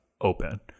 open